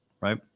right